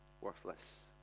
worthless